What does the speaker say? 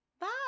Bye